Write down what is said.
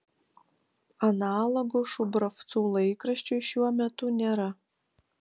analogo šubravcų laikraščiui šiuo metu nėra